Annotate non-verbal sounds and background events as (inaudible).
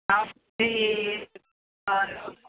of K ji (unintelligible)